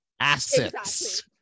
assets